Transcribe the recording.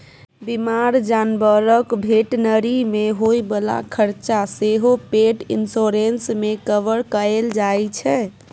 बीमार जानबरक भेटनरी मे होइ बला खरचा सेहो पेट इन्स्योरेन्स मे कवर कएल जाइ छै